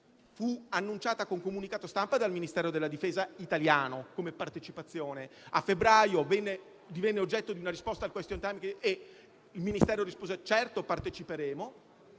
fu annunciata con un comunicato stampa dal Ministero della difesa italiano, come partecipazione; a febbraio divenne oggetto di una risposta ad un *question time* e il Ministero rispose «Certo, parteciperemo»;